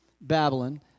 Babylon